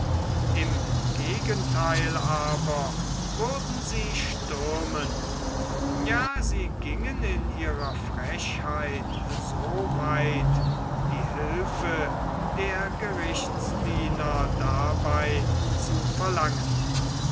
im gegentheil aber würden sie stürmen ja sie gingen in ihrer frechheit so weit die hilfe der gerichtsdiener dabei zu verlangen